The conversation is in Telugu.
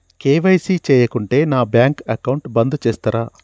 కే.వై.సీ చేయకుంటే నా బ్యాంక్ అకౌంట్ బంద్ చేస్తరా?